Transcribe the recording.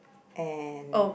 and